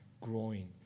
growing